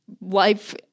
Life